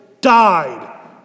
died